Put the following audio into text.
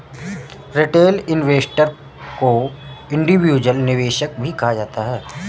retail investor को individual निवेशक भी कहा जाता है